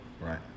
right